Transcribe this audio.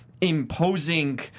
imposing